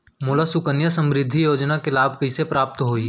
मोला सुकन्या समृद्धि योजना के लाभ कइसे प्राप्त होही?